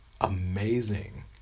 amazing